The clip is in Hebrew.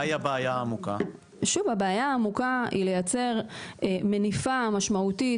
הבעיה העמוקה היא לייצר מניפה משמעותית